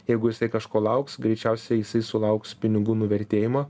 jeigu jisai kažko lauks greičiausiai jisai sulauks pinigų nuvertėjimo